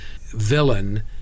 villain